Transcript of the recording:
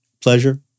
pleasure